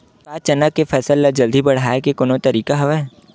का चना के फसल ल जल्दी बढ़ाये के कोनो तरीका हवय?